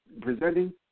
presenting